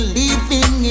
living